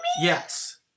Yes